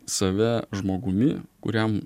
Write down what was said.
save žmogumi kuriam